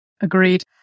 Agreed